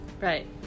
Right